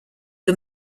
who